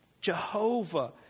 Jehovah